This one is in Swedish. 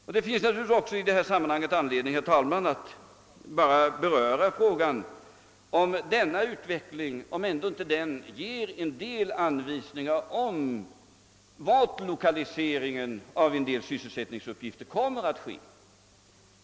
Naturligtvis finns det i detta sammanhang också anledning, herr talman, att beröra frågan om huruvida inte utvecklingen ändå ger en del anvisningar om vart lokaliseringen av vissa sysselsättningsuppgifter kommer att riktas.